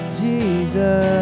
jesus